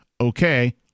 Okay